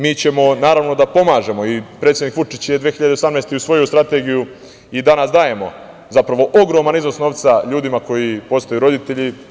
Mi ćemo naravno da pomažemo i predsednik Vučić je 2018. godine usvojio strategiju i danas dajemo zapravo ogroman iznos novca ljudima koji postaju roditelji.